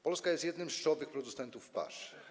Polska jest jednym z czołowych producentów pasz.